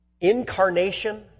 incarnation